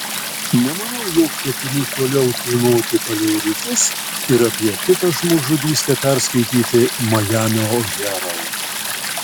nemanau jog ketini toliau tūnoti palei rifus ir apie kitą žmogžudystę perskaityti majamio herald